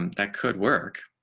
um that could work.